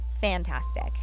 fantastic